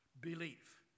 belief